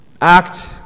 act